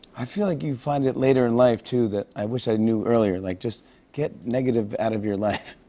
i feel like you find out later in life, too. that i wish i knew earlier. like, just get negative out of your life.